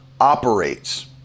operates